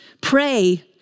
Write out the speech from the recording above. pray